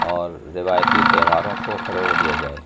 اور روایتی تہواروں کو فروغ دیا جائے